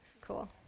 cool